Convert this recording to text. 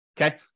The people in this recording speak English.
Okay